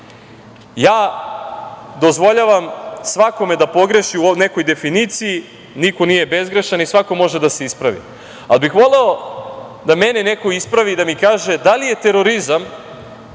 dozvoljavam svakome da pogreši u nekoj definiciji, niko nije bezgrešan i svako može da se ispravi, ali bih voleo da mene neko ispravi i da mi kaže - da li je terorizam